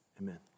Amen